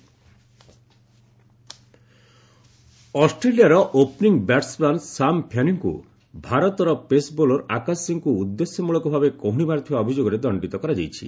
cricket Australia ଅଷ୍ଟ୍ରେଲିଆର opening batsman Sam ଫ୍ୟାନିଙ୍କୁ ଭାରତର ପେସ୍ ବୋଲର ଆକାଶ ସିଂଙ୍କୁ ଉଦ୍ଦେଶ୍ୟମୂଳକ ଭାବେ କହୁଣୀ ମାରିଥିବା ଅଭିଯୋଗରେ ଦଣ୍ଡିତ କରାଯାଇଛି